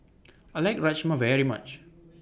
I like Rajma very much